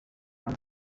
ari